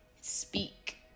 speak